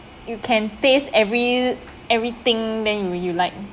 you can taste every everything then will you like